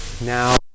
Now